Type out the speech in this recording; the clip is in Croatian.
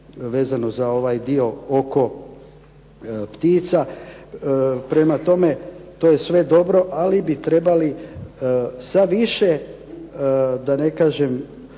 vezano za ovaj dio oko ptica. Prema tome, to je sve dobro, ali bi trebali sa više da ne kažem